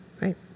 Right